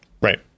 Right